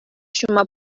ҫума